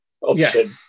option